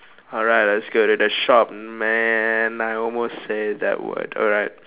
alright that's good it's a shop man I almost say that word alright